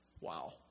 Wow